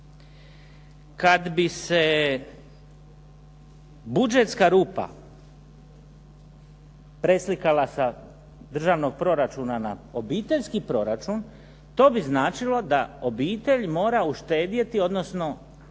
Kad bi se budžetska rupa preslikala sa državnog proračuna na obiteljski proračun, to bi značilo da obitelj mora uštedjeti, odnosno šparati